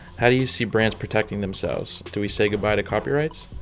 how do you see brands protecting themselves? do we say goodbye to copyrights?